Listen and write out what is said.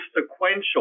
sequential